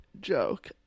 joke